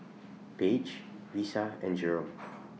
Page Risa and Jerome